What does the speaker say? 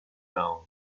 down